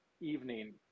evening